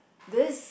this